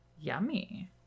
yummy